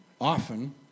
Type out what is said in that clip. often